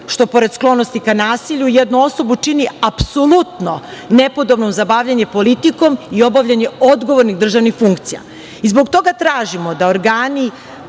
što pored sklonosti ka nasilju jednu osobu čini apsolutno nepodobnom za bavljenje politikom i obavljanje odgovornih državnih funkcija.I zbog toga tražimo da organi,